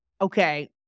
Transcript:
okay